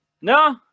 no